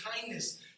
kindness